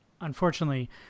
Unfortunately